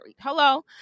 Hello